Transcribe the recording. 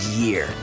year